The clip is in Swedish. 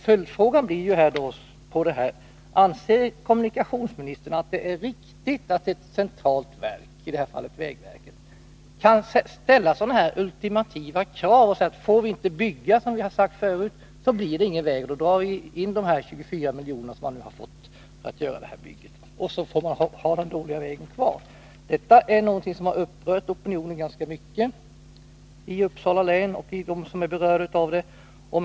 Följdfrågan blir då: Anser kommunikationsministern att det är riktigt att ett centralt verk — i det här fallet vägverket — kan ställa sådana här ultimativa krav? Är det riktigt att säga, att får vi inte bygga enligt vad vi planerat tidigare, så blir det ingen väg? Då dras de 24 miljoner in som anslagits för bygget, och den dåliga vägen får man ha kvar. Detta är någonting som upprört opionionen i Uppsala län ganska starkt och även andra som berörs.